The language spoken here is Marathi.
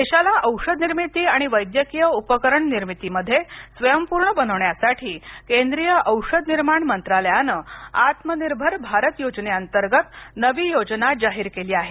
देशाला औषधनिर्मिती आणि वैद्यकीय उपकरण निर्मितीमध्ये स्वयंपूर्ण बनविण्यासाठी केंद्रीय औषधनिर्माण मंत्रालयानं आत्मनिर्भर भारत योजनेअंतर्गत नवी योजना जाहीर केली आहे